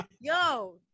Yo